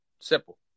Simple